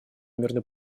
мирный